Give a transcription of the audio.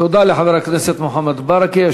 תודה לחבר הכנסת מוחמד ברכה.